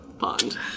pond